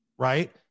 Right